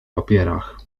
papierach